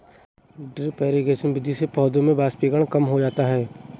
drip irrigation विधि से पौधों में वाष्पीकरण कम हो जाता है